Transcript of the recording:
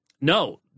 no